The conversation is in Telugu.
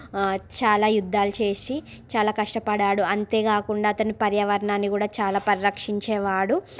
చాలా యుద్ధాలు చేసి చాలా కష్టపడినాడు అంతేకాకుండా అతని పర్యావరణాన్ని కూడా చాలా పరిరక్షించేవాడు